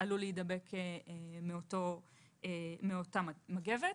עלול להידבק מאותה מגבת.